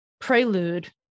prelude